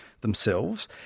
themselves